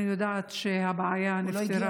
אני יודעת שהבעיה נפתרה.